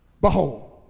Behold